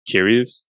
Curious